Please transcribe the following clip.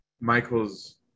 Michael's